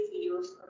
use